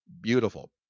beautiful